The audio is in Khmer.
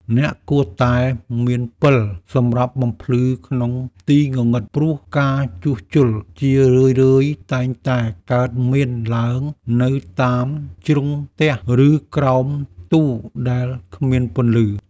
អ្នកគួរតែមានពិលសម្រាប់បំភ្លឺក្នុងទីងងឹត ព្រោះការជួសជុលជារឿយៗតែងតែកើតមានឡើងនៅតាមជ្រុងផ្ទះ ឬក្រោមទូដែលគ្មានពន្លឺ។